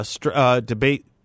debate